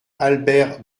albert